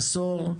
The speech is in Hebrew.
עשור: